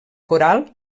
coral